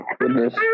goodness